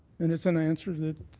and it's an answer that